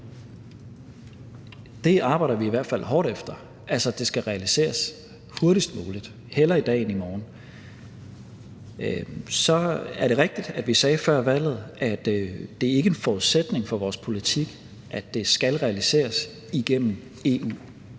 Det arbejder vi i hvert fald hårdt på, altså at det skal realiseres hurtigst muligt – hellere i dag end i morgen. Så er det rigtigt, at vi før valget sagde, at det ikke er en forudsætning for vores politik, at det skal realiseres igennem EU.